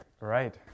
Right